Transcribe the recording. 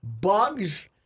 Bugs